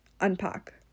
Unpack